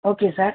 okay sir